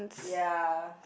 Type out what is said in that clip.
ya